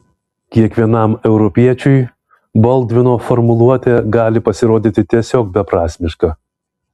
kiekvienam europiečiui boldvino formuluotė gali pasirodyti tiesiog beprasmiška